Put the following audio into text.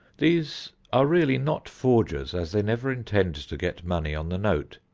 these are really not forgers, as they never intend to get money on the note.